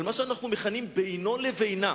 של מה שאנחנו מכנים "בינו לבינה".